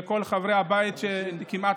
כמעט כל חברי הבית נעלמו.